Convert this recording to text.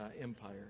empire